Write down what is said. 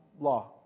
law